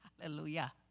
Hallelujah